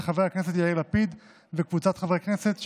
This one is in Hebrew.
של חבר הכנסת יאיר לפיד וקבוצת חברי הכנסת,